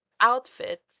outfit